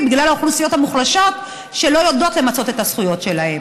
בגלל האוכלוסיות המוחלשות שלא יודעות למצות את הזכויות שלהן.